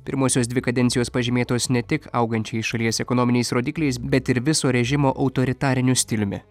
pirmosios dvi kadencijos pažymėtos ne tik augančiais šalies ekonominiais rodikliais bet ir viso režimo autoritariniu stiliumi